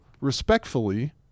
respectfully